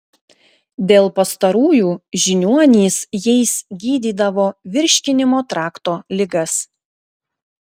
dėl pastarųjų žiniuonys jais gydydavo virškinimo trakto ligas